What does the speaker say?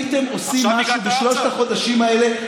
אם הייתם עושים משהו בשלושת החודשים האלה,